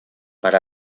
per